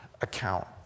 account